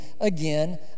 again